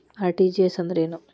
RTGS ಅಂದ್ರೇನು?